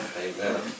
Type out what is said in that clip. amen